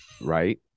Right